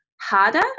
harder